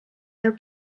their